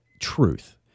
truth